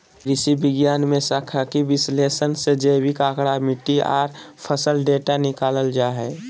कृषि विज्ञान मे सांख्यिकीय विश्लेषण से जैविक आंकड़ा, मिट्टी आर फसल डेटा निकालल जा हय